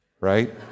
right